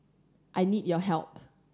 I need your help